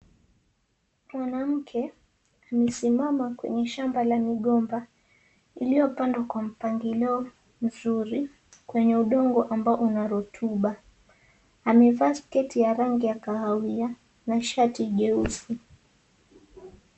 Mwanamke amesimama kwenye shamba la migomba iliopandwa kwa mpangilio mzuri kwenye udongo ambao una rotuba. Amevaa sketi ya rangi ya kahawia na shati jeusi.